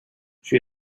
she